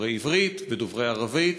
דוברי עברית ודוברי ערבית.